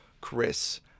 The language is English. Chris